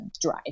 dry